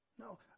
No